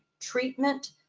treatment